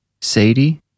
Sadie